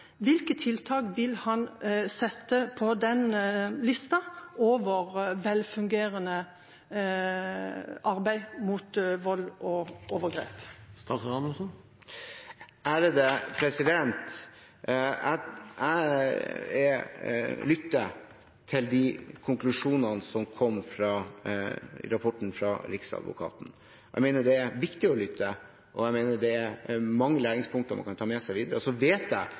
Hvilke tiltak vil han sette på lista over velfungerende arbeid mot vold og overgrep? Jeg lytter til konklusjonene i rapporten fra Riksadvokaten. Jeg mener det er viktig å lytte, og jeg mener det er mange læringspunkter man kan ta med seg videre. Så vet jeg